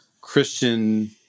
Christian